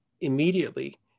immediately